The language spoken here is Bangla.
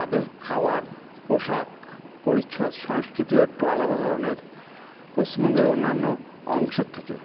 তাদের খাওয়ার পোশাক পরিচ্ছদ সংস্কৃতিও একটু আলাদা ধরনের পশ্চিমবঙ্গের অন্যান্য অংশের থেকে